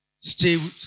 stay